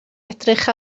edrych